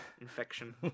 infection